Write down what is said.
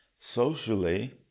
socially